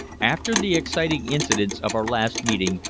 after the exciting incidents of our last meeting,